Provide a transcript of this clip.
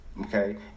okay